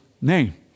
name